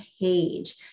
page